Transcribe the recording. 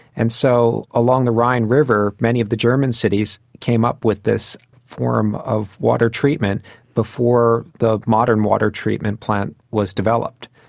and so along the rhine river many of the german cities came up with this form of water treatment before the modern water treatment plant was developed.